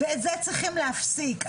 ואת זה צריכים להפסיק.